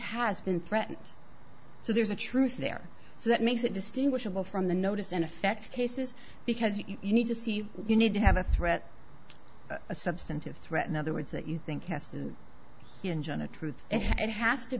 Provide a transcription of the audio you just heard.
has been threatened so there's a truth there so that makes it distinguishable from the notice in effect cases because you need to see you need to have a threat a substantive threat in other words that you think has to hinge on a truth and it has to